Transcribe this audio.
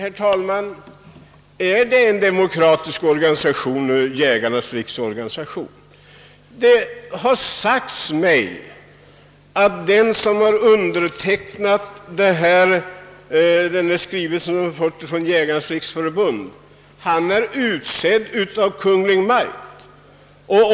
är Svenska jägareförbundet verkligen en demokratisk organisation? Det har sagts mig att den som har undertecknat den skrivelse som vi har fått därifrån är utsedd av Kungl. Maj:t.